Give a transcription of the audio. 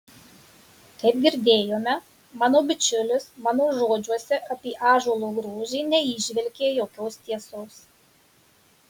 kaip girdėjome mano bičiulis mano žodžiuose apie ąžuolo grožį neįžvelgė jokios tiesos